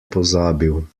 pozabil